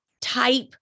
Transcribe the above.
type